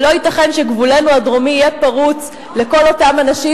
ולא ייתכן שגבולנו הפנימי יהיה פרוץ לכל אותם אנשים.